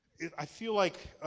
i feel like,